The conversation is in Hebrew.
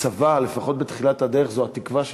הצבא, לפחות בתחילת הדרך, זו התקווה שלהם.